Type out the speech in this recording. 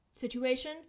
situation